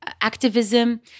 activism